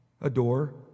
Adore